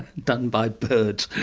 done by birds.